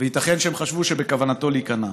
וייתכן שהם חשבו שבכוונתו להיכנע.